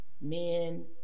men